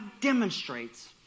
demonstrates